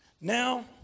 Now